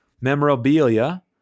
memorabilia